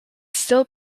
still